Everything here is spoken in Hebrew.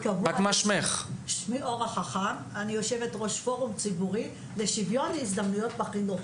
אני יושבת-ראש פורום ציבורי לשוויון הזדמנויות בחינוך.